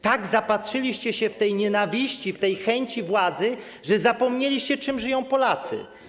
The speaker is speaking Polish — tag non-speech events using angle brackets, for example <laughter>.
Tak zapatrzyliście się w tej nienawiści, w tej chęci władzy, <noise> że zapomnieliście, czym żyją Polacy.